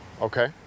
Okay